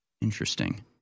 Interesting